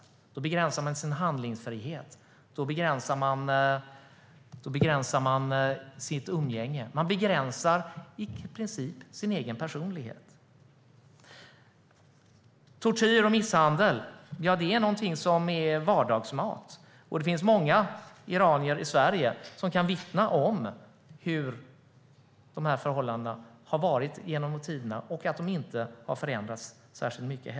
Man begränsar sin handlingsfrihet och sitt umgänge. Man begränsar i princip sin egen personlighet. Tortyr och misshandel är vardagsmat. Det finns många iranier i Sverige som kan vittna om hurdana de här förhållandena har varit genom tiderna och att de inte heller har förändrats särskilt mycket.